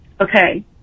okay